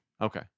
okay